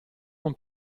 non